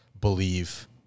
believe